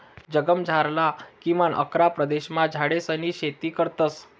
जगमझारला किमान अकरा प्रदेशमा झाडेसनी शेती करतस